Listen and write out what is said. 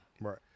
Right